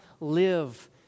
live